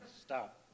Stop